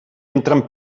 entren